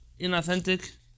inauthentic